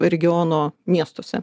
regiono miestuose